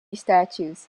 statues